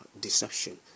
deception